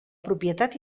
propietat